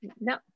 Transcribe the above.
no